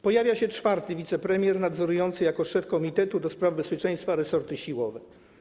Pojawia się czwarty wicepremier nadzorujący jako szef komitetu do spraw bezpieczeństwa resorty siłowe.